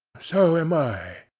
so am i.